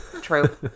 True